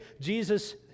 Jesus